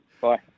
Bye